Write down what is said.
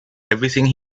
everything